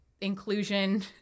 inclusion